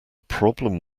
problem